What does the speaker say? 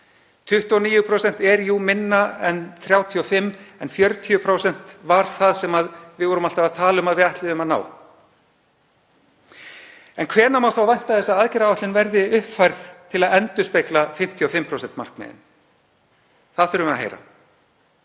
29% er jú minna en 35%, en 40% var það sem við töluðum alltaf um að við ætluðum að ná. Hvenær má þá vænta þess að aðgerðaáætlun verði uppfærð til að endurspegla 55% markmiðin? Það þurfum við að heyra.